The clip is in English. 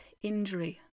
injury